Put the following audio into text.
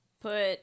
Put